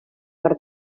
per